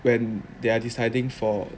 when they are deciding for